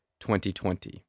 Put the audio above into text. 2020